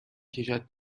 کشد